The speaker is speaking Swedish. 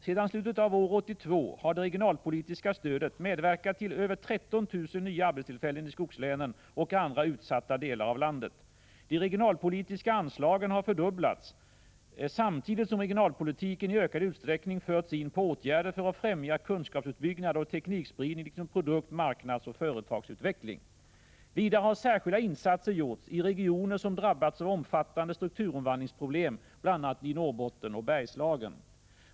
Sedan slutet av år 1982 har det regionalpolitiska stödet medverkat till över 13 000 nya arbetstillfällen i skogslänen och andra utsatta delar av landet. De regionalpolitiska anslagen har fördubblats samtidigt som regionalpolitiken i ökad utsträckning förts in på åtgärder för att ffrämja kunskapsuppbyggnad och teknikspridning liksom produkt-, marknadsoch företagsutveckling. Vidare har särskilda insatser gjorts i regioner som drabbats av omfattande strukturomvandlingsproblem, bl.a. i Norrbotten och Bergslagen.